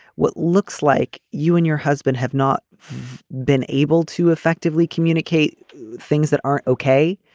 what looks like you and your husband have not been able to effectively communicate things that are ok.